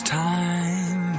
time